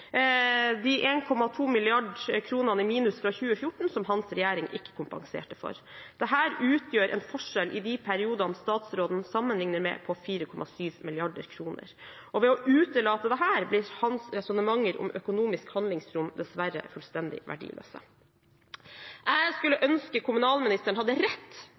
de 1,2 mrd. kr i minus fra 2014, som hans regjering ikke kompenserte for. Dette utgjør en forskjell i de periodene statsråden sammenligner med, på 4,7 mrd. kr. Ved å utelate dette blir hans resonnementer om økonomisk handlingsrom dessverre fullstendig verdiløse. Jeg skulle ønske kommunalministeren hadde rett